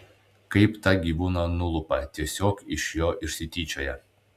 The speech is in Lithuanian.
kaip tą gyvūną nulupa tiesiog iš jo išsityčioja